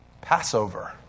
Passover